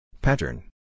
Pattern